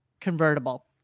Convertible